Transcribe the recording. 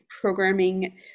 programming